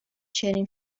چنین